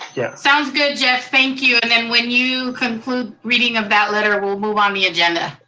yeah. sounds good jeff, thank you, and then when you conclude reading of that letter, we'll move on the agenda.